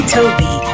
Toby